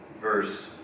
verse